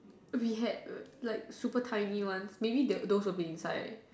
we had like super tiny ones maybe those would be inside